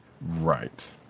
right